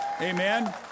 Amen